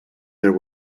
there